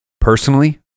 personally